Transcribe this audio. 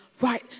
right